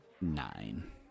Nine